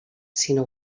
sinó